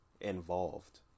Involved